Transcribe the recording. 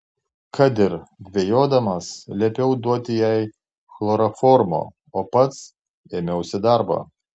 kad ir dvejodamas liepiau duoti jai chloroformo o pats ėmiausi darbo